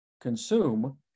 consume